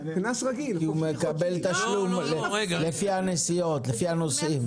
כי הוא מקבל תשלום לפי הנסיעות, לפי הנוסעים.